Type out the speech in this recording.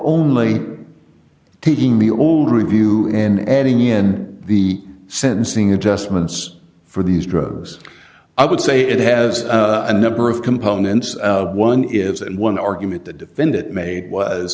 only taking the old review and adding in the sentencing adjustments for these drugs i would say it has a number of components one is one argument the defendant made was